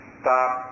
stop